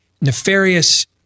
Nefarious